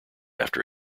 after